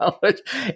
college